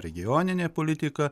regioninė politika